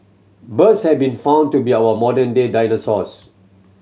birds have been found to be our modern day dinosaurs